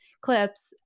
clips